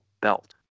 belt